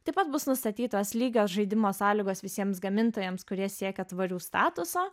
taip pat bus nustatytos lygios žaidimo sąlygos visiems gamintojams kurie siekia tvarių statuso